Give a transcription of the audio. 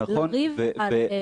זה ריב על --- נכון,